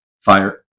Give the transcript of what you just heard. fire